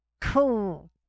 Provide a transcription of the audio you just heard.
cool